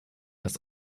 das